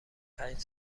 پنج